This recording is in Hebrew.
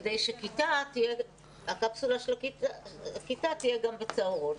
כדי שהקפסולה של כיתה תהיה גם בצהרון.